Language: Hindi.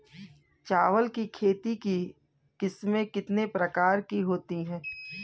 चावल की खेती की किस्में कितने प्रकार की होती हैं?